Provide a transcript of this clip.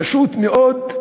פשוט מאוד,